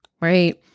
right